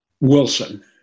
Wilson